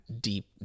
deep